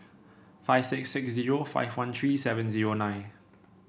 five six six zero five one three seven zero nine